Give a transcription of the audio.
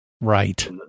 Right